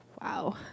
Wow